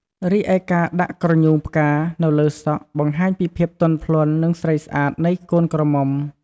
រីឯការដាក់ក្រញូងផ្កានៅលើសក់បង្ហាញពីភាពទន់ភ្លន់និងស្រីស្អាតនៃកូនក្រមុំ។